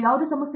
professor